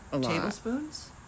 tablespoons